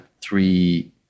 three